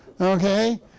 Okay